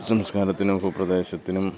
സംസ്കാരത്തിനും ഭൂപ്രദേശത്തിനും